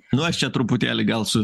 nu aš čia truputėlį gal su